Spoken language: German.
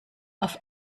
auf